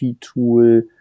tool